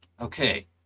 Okay